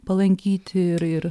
palankyti ir ir